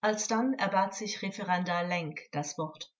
alsdann erbat sich referendar lenk das wort vors